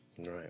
Right